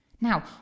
Now